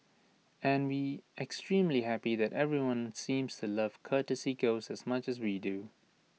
and we extremely happy that everyone seems to love courtesy ghost as much as we do